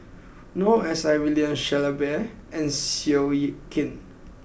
Noor S I William Shellabear and Seow Yit Kin